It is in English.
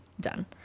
Done